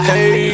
Hey